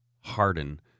harden